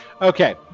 Okay